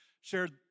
shared